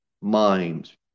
mind